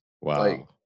Wow